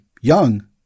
young